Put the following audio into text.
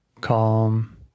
Calm